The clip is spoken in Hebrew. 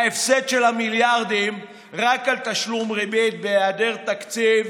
ההפסד של מיליארדים רק על תשלום ריבית בהיעדר תקציב